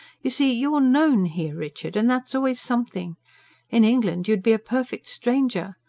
you see, you're known here, richard, and that's always something in england you'd be a perfect stranger.